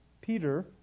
Peter